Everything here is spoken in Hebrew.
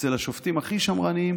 אצל השופטים הכי שמרניים,